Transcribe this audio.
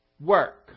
Work